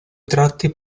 tratti